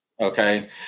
Okay